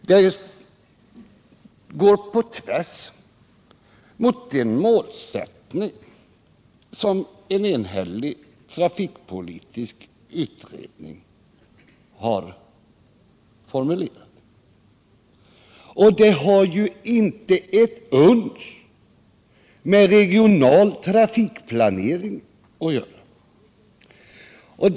Det går också på tvärs mot de målsättningar som en enhällig trafikpolitisk utredning har formulerat. Det har inte heller ett uns med regional trafikplanering att göra.